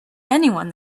anyone